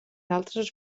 altres